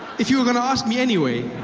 if you are going to ask me anyway,